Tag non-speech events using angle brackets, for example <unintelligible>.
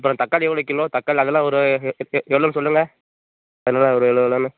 அப்புறம் தக்காளி எவ்வளோ கிலோ தக்காளி அதெல்லாம் ஒரு <unintelligible> இருக்கு எவ்வளோனு சொல்லுங்கள் இரநூறுவா ஒரு வில எல்லாமே